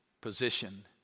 position